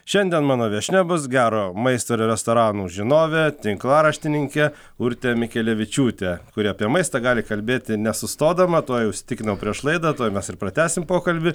šiandien mano viešnia bus gero maisto ir restoranų žinovė tinklaraštininkė urtė mikelevičiūtė kuri apie maistą gali kalbėti nesustodama tuo jau įsitikinau prieš laidą tuoj mes ir pratęsim pokalbį